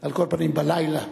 על כל פנים, בלילה.